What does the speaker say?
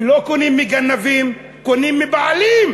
ולא קונים מגנבים, קונים מבעלים.